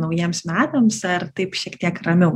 naujiems metams ar taip šiek tiek ramiau